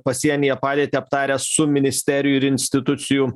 pasienyje padėtį aptaręs su ministerijų ir institucijų